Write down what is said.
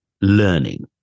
learning